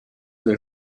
del